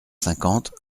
cinquante